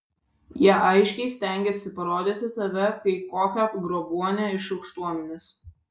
jie aiškiai stengiasi parodyti tave kaip kokią grobuonę iš aukštuomenės